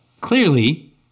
Clearly